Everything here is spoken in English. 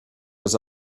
was